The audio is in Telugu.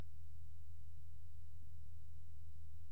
ప్రొఫెసర్ మరియు విద్యార్థి మధ్య సంభాషణ మొదలవుతుంది